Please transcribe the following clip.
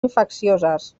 infeccioses